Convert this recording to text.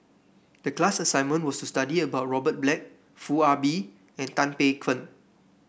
the class assignment was to study about Robert Black Foo Ah Bee and Tan Paey Fern